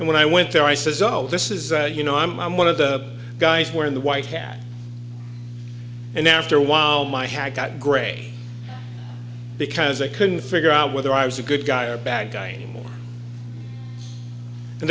and when i went there i says all this is you know i'm i'm one of the guys were in the white hat and after a while my had got gray because they couldn't figure out whether i was a good guy or bad guy and